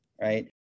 right